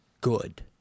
good